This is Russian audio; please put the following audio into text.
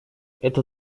это